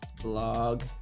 blog